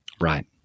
Right